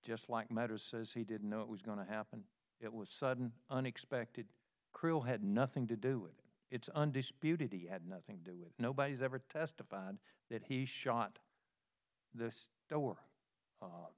just like matters says he didn't know it was going to happen it was sudden unexpected cruel had nothing to do it it's undisputed he had nothing to do with nobody's ever testified that he shot the door